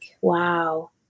wow